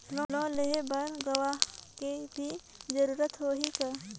Loan लेहे बर गवाह के भी जरूरत होही का?